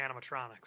animatronics